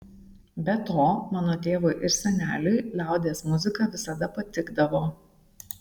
be to mano tėvui ir seneliui liaudies muzika visada patikdavo